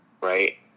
Right